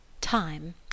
Time